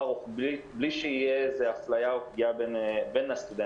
רוחבית בלי שתהיה איזושהי אפליה או פגיעה בין הסטודנטים.